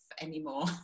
anymore